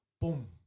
boom